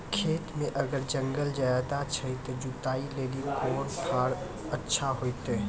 खेत मे अगर जंगल ज्यादा छै ते जुताई लेली कोंन फार अच्छा होइतै?